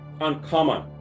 uncommon